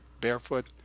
Barefoot